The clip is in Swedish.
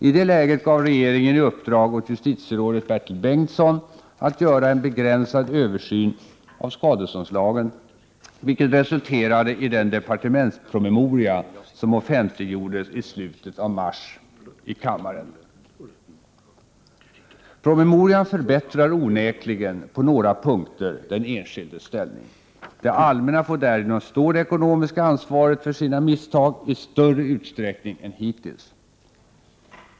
I det läget gav regeringen i uppdrag åt justitierådet Bertil Bengtsson att göra en begränsad översyn av skadeståndslagen, vilket resulterade i den departementspromemoria som offentliggjordes i slutet av mars i kammaren. Promemorian förbättrar onekligen på några punkter den enskildes ställning. Det allmänna får därigenom stå det ekonomiska ansvaret för sina misstag i större utsträckning än hittills.